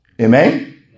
Amen